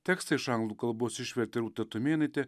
tekstą iš anglų kalbos išvertė rūta tumėnaitė